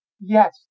Yes